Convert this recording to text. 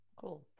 Cool